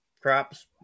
crops